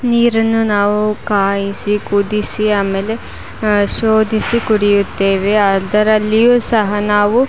ನೀರನ್ನು ನಾವು ಕಾಯಿಸಿ ಕುದಿಸಿ ಆಮೇಲೆ ಶೋಧಿಸಿ ಕುಡಿಯುತ್ತೇವೆ ಅದರಲ್ಲಿಯೂ ಸಹ ನಾವು